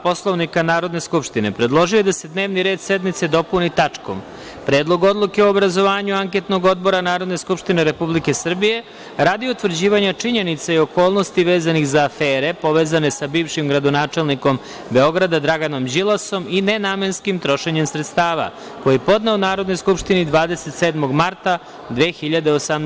Poslovnika Narodne skupštine predložio je da se dnevni red sednice dopuni tačkom – Predlog odluke o obrazovanju anketnog odbora Narodne skupštine Republike Srbije radi utvrđivanja činjenica i okolnosti vezanih za afere povezane sa bivšim gradonačelnikom Beograda Draganom Đilasom i nenamenskim trošenjem sredstava, koji je podneo Narodnoj skupštini 27. marta 2018.